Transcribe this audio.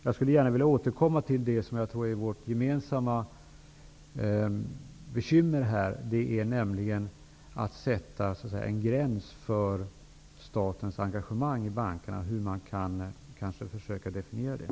Jag skulle gärna vilja återkomma till det som jag tror är vårt gemensamma bekymmer i detta sammanhang, nämligen att sätta en gräns för statens engagemang i bankerna. Bo Lundgren kan kanske försöka definiera det.